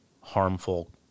harmful